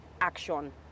action